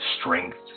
Strength